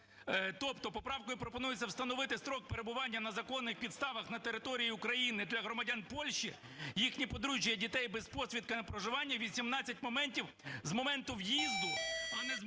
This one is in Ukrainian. Тобто поправкою пропонується встановити строк перебування на законних підставах на території України, де громадян Польщі, їхні подружжя і дітей, без посвідки на проживання, 18 місяців з моменту в'їзду, а не з моменту